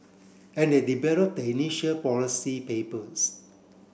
and they develop the initial policy papers